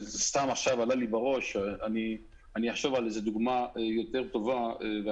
זה נושא שעלה לי לראש, אחשוב על דוגמה יותר טובה.